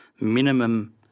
minimum